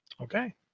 Okay